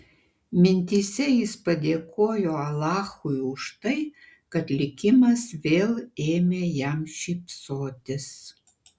mintyse jis padėkojo alachui už tai kad likimas vėl ėmė jam šypsotis